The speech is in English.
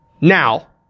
now